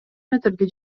метрге